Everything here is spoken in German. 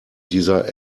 dieser